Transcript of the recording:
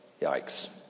Yikes